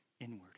inward